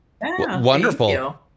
Wonderful